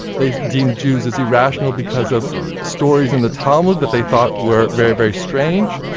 they deemed jews as irrational because of stories in the talmud that they thought were very, very strange.